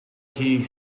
que